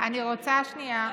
אני רוצה שנייה,